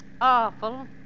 Awful